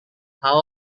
how